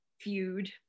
feud